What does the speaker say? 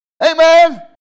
Amen